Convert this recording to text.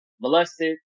molested